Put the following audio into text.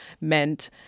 meant